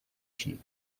cheese